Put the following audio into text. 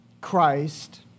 Christ